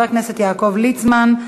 חבר הכנסת יעקב ליצמן,